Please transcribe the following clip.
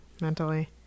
mentally